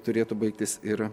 turėtų baigtis ir